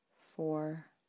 four